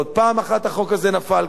פעם אחת החוק הזה נפל כאן.